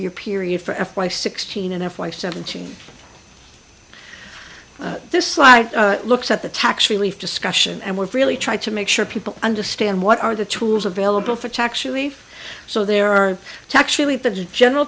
your period for f y sixteen and f y seventeen this slide looks at the tax relief discussion and we've really tried to make sure people understand what are the tools available for tax relief so there are actually the general